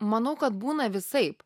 manau kad būna visaip